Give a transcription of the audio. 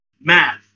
Math